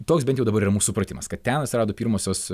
toks bent jau dabar yra mūsų supratimas kad ten atsirado pirmosios